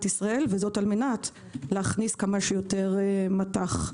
ישראל כדי להכניס כמה שיותר מט"ח.